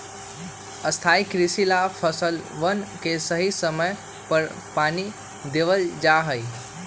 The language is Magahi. स्थाई कृषि ला फसलवन के सही समय पर पानी देवल जा हई